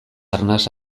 arnas